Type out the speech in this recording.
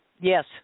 Yes